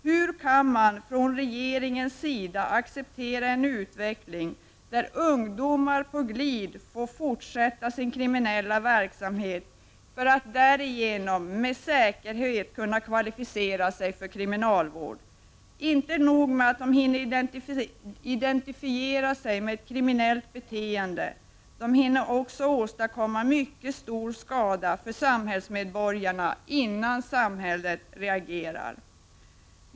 Hur kan man från regeringens sida acceptera en utveckling, som innebär att ungdomar på glid får fortsätta sin kriminella verksamhet för att därigenom med säkerhet kunna kvalificera sig för kriminalvård? Inte nog med att dessa ungdomar hinner identifiera sig med ett kriminellt beteende, de hinner också åstadkomma mycket stor skada för samhällsmedborgarna innan samhället reagerar.